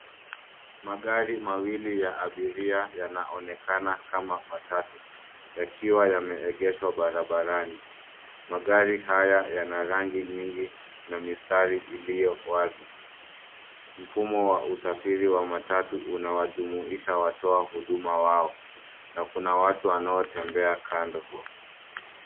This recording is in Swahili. Magari mawili ya abiria yanaonekana kama matatu, yakiwa yameegeshwa barabarani. Magari haya yana rangi nyingi na mistari iliyo wazi. Mfumo wa usafiri wa matatu unawajumuisha watoa humuda wao, na kuna watu wanaotembea kando.